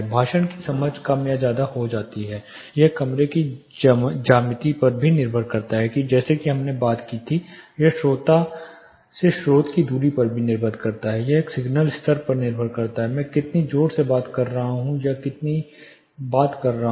भाषण की समझ कम या ज्यादा हो जाती है यह कमरे की ज्यामिति पर निर्भर करता है जैसा कि हमने बात की थी यह श्रोता से स्रोत की दूरी पर निर्भर करता है यह एक सिग्नल स्तर पर निर्भर करता है मैं कितनी जोर से बात कर रहा हूं या मैं कितनी बात कर रहा हूं